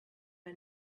her